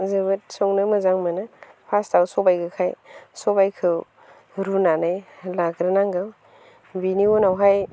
जोबोद संनो मोजां मोनो फार्सटाव सबायखौ रुनानै लाग्रोनांगौ बेनि उनावहाय